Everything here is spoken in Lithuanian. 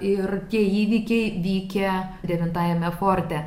ir tie įvykiai vykę devintajame forte